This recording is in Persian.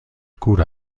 کور